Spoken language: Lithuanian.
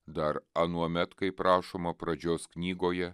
dar anuomet kaip rašoma pradžios knygoje